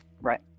Right